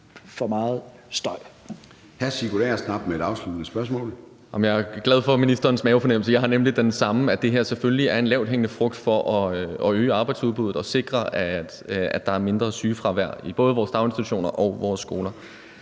for meget støj.